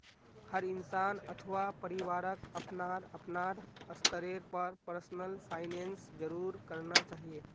हर इंसान अथवा परिवारक अपनार अपनार स्तरेर पर पर्सनल फाइनैन्स जरूर करना चाहिए